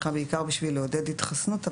הייתה בעיקר בשביל לעודד התחסנות,